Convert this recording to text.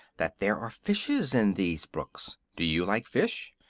that there are fishes in these brooks. do you like fish?